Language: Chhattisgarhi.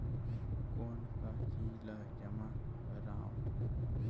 कौन का चीज ला जमा करवाओ?